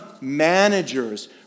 managers